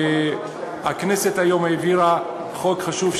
הכנסת העבירה היום חוק חשוב,